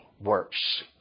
works